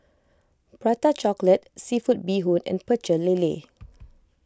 Prata Chocolate Seafood Bee Hoon and Pecel Lele